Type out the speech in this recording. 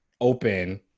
open